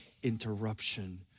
interruption